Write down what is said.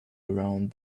around